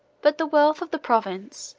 but the wealth of the province,